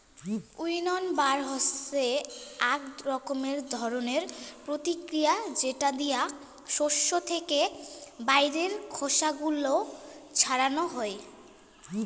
উইন্নবার হসে আক রকমের ধরণের প্রতিক্রিয়া যেটা দিয়া শস্য থেকে বাইরের খোসা গুলো ছাড়ানো হই